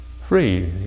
free